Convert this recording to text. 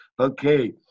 Okay